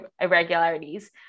irregularities